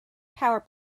power